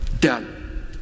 Done